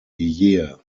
year